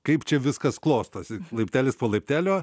kaip čia viskas klostosi laiptelis po laiptelio